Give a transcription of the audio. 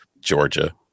Georgia